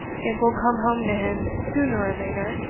it will come home to him, sooner or later.